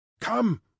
Come